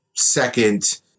second